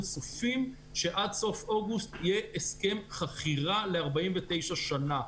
צופים שעד סוף אוגוסט יהיה הסכם חכירה ל-49 שנה,